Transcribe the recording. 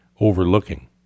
overlooking